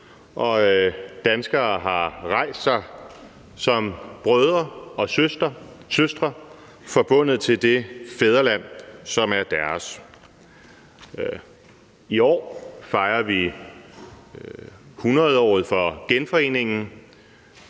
danskere har rejst sig som brødre og søstre forbundet til det fædreland, som er deres. I år fejrer vi 100-året for genforeningen,